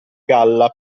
galla